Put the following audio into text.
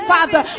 Father